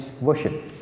worship